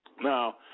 Now